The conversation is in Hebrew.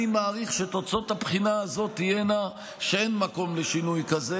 אני מעריך שתוצאות הבחינה הזאת תהיינה שאין מקום לשינוי כזה,